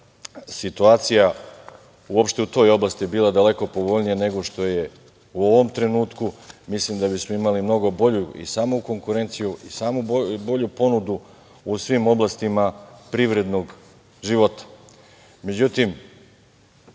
naša situacija u opšte u toj oblasti bila daleko povoljnija nego što je u ovom trenutku. Mislim da bismo imali mnogo bolju i samo konkurenciju i samu bolju ponudu u svim oblastima privrednog